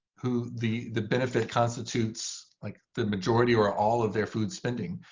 who the the benefit constitutes like the majority or all of their food spending.